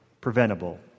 preventable